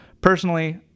personally